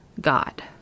God